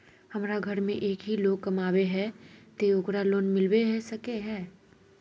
हमरा घर में एक ही लोग कमाबै है ते ओकरा लोन मिलबे सके है?